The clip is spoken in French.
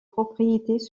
propriétés